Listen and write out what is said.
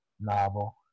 novel